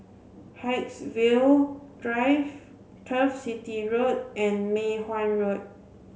Haigsville Drive Turf City Road and Mei Hwan Road